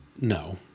No